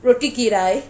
roti kirai